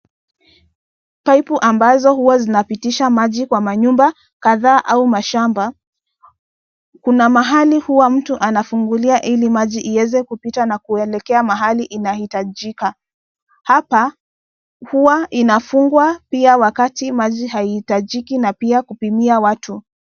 Pipu ambazo huwa zinapitisha maji kwa manyumba kadhaa au mashamba. Kuna mahali huwa mtu anafungulia ili maji iweze kupita na kuelekea mahali inahitajika. Hapa, huwa inafungwa pia wakati maji haihitajiki na pia kupimia watu.